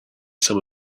some